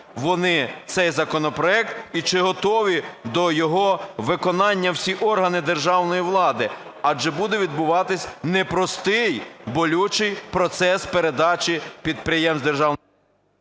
вони цей законопроект і чи готові до його виконання всі органи державної влади, адже буде відбуватися непростий, болючий процес передачі підприємств...